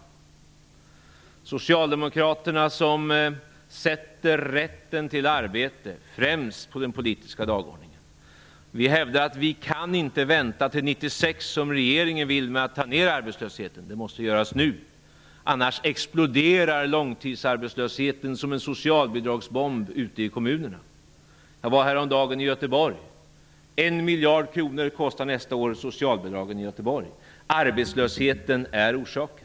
Det ena är Socialdemokraterna, som sätter rätten till arbete främst på den politiska dagordningen. Vi hävdar att vi inte som regeringen vill kan vänta till 1996 med att minska arbetslösheten, utan det måste göras nu, för annars exploderar långtidsarbetslösheten som en socialbidragsbomb ute i kommunerna. Jag var häromdagen i Göteborg. Där kommer socialbidragen nästa år att kosta 1 miljard kronor. Arbetslösheten är orsaken.